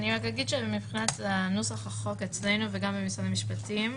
מבחינת נוסח החוק אצלנו וגם במשרד המשפטים,